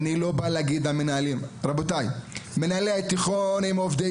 ובנוגע למנהלי התיכון, הם עובדי